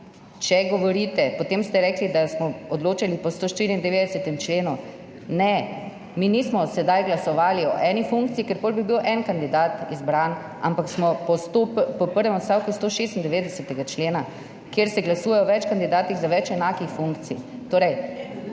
veljati. Potem ste rekli, da smo odločali po 194. členu. Ne, mi nismo sedaj glasovali o eni funkciji, ker potem bi bil en kandidat izbran, ampak smo po prvem odstavku 196. člena, kjer se glasuje o več kandidatih za več enakih funkcij,